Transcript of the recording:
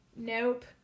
Nope